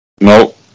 No